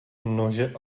nože